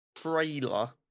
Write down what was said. trailer